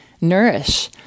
nourish